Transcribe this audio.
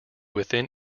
within